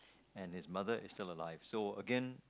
and his mother is still alive so again